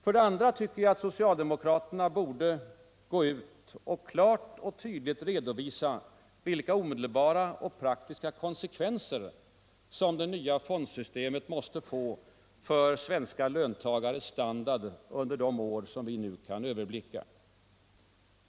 För det andra tycker jag att socialdemokraterna borde gå ut och klart och tydligt redovisa vilka omedelbara och praktiska konsekvenser som det nya fondsystemet måste få för löntagarnas standard under de år som vi nu kan överblicka.